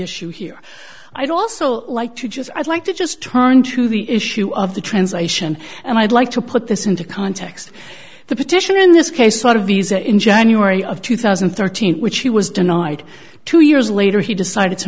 issue here i don't also like to just i'd like to just turn to the issue of the translation and i'd like to put this into context the petitioner in this case sort of these are in january of two thousand and thirteen which he was denied two years later he decided to